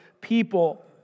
people